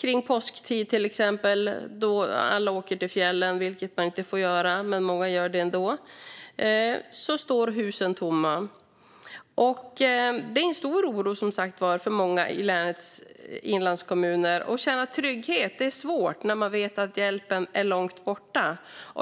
kring påsktid då många åker till fjällen, vilket man inte får göra men många ändå gör, och husen står tomma. Det är som sagt var en stor oro för många i länets inlandskommuner, och att känna trygghet är svårt när man vet att hjälpen är långt borta.